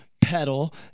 pedal